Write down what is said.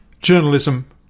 journalism